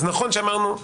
אז נכון שאמרנו,